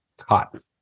hot